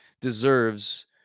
deserves